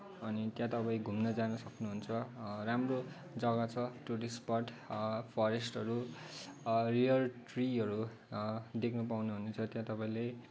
अनि त्यहाँ तपाईँ घुम्न जान सक्नुहुन्छ राम्रो जग्गा छ टुरिस्ट स्पोट फरेस्टहरू रियर ट्रीहरू देख्न पाउनुहुनेछ त्यहाँ तपाईँले